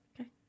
Okay